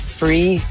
free